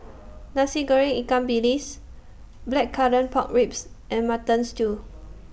Nasi Goreng Ikan Bilis Blackcurrant Pork Ribs and Mutton Stew